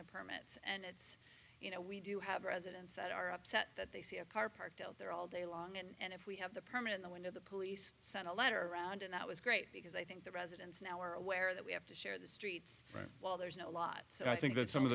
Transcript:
the permits and it's you know we do have residents that are upset that they see a car parked out there all day long and if we have the permit in the winter the police sent a letter round and that was great because i think the residents now are aware that we have to share the streets right while there's not a lot so i think that some of